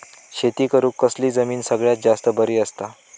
शेती करुक कसली जमीन सगळ्यात जास्त बरी असता?